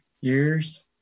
years